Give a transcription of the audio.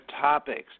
topics